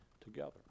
together